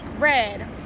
red